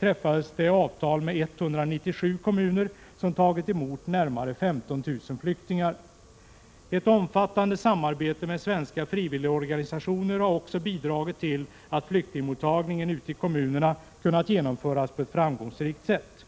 träffades avtal med 197 kommuner, som tagit emot närmare 15 000 flyktingar. Ett omfattande samarbete med svenska frivilligorganisationer har också bidragit till att flyktingmottagningen ute i kommunerna kunnat genomföras på ett framgångsrikt sätt.